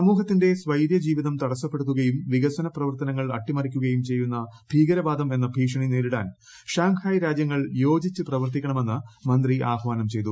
സമൂഹത്തിന്റെ സ്വര്യജീവിതം തടസ്സപ്പെടുത്തുകയും വികസന പ്രവർത്തനങ്ങൾ അട്ടിമറിയ്ക്കുകയും ചെയ്യുന്ന ഭീകരവാദം എന്ന ഭീഷണി നേരിടാൻ ഷാങ്ഹായ് രാജ്യങ്ങൾ യോജിച്ച് പ്രവർത്തിക്കണമെന്ന് മന്ത്രി ആഹ്വാനം ചെയ്തു